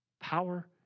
power